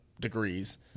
degrees